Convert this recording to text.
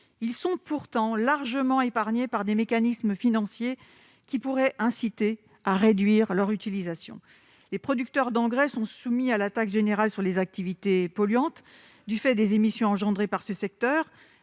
Pour autant, ils sont épargnés par des mécanismes financiers qui pourraient inciter à réduire leur utilisation. Les producteurs d'engrais sont soumis à la taxe générale sur les activités polluantes du fait des émissions suscitées par ce secteur,